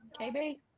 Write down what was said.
KB